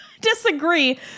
disagree